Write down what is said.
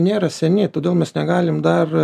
nėra seni todėl mes negalim dar